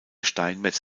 steinmetz